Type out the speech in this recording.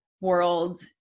world